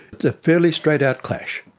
it's a fairly straight-out clash.